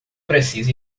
precisa